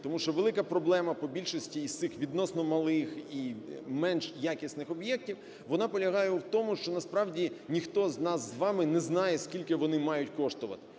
Тому що велика проблема по більшості із цих, відносно малих і менш якісних об'єктів, вона полягає в тому, що насправді ніхто з нас з вами не знає, скільки вони можуть коштувати.